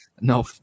No